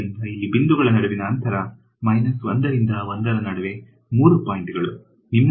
ಆದ್ದರಿಂದ ಇಲ್ಲಿ ಬಿಂದುಗಳ ನಡುವಿನ ಅಂತರವು 1 ರಿಂದ 1 ರ ನಡುವೆ 3 ಪಾಯಿಂಟ್ಗಳು